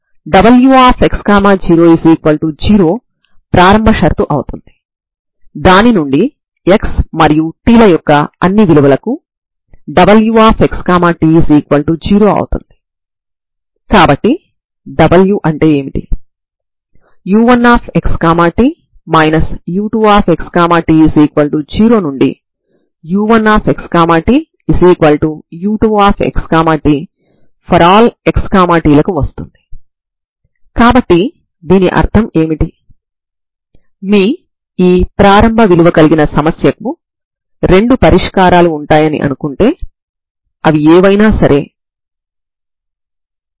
కాబట్టి మీరు a నుండి b వరకు ఉన్న డొమైన్ ను 0 నుండి L వరకు మార్చవచ్చు లేదా నేరుగా డొమైన్ ను 0 నుండి L వరకు తీసుకొని a 0 మరియు b a L పెట్టడం వల్ల ఈ An మరియు Bn లను కనుగొనవచ్చు సరేనా